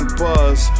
buzz